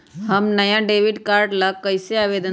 हम नया debit card ला कईसे आवेदन दिउ?